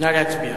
נא להצביע.